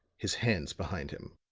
his hands behind him.